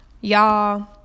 y'all